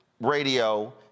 radio